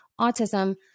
autism